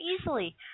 easily